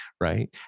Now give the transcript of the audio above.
right